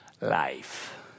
life